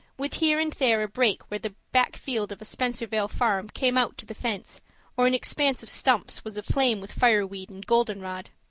with here and there a break where the back field of a spencervale farm came out to the fence or an expanse of stumps was aflame with fireweed and goldenrod.